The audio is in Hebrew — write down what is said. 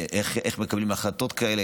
איך מקבלים החלטות כאלה,